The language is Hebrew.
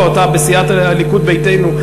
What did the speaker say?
לא, אתה בסיעת הליכוד ביתנו.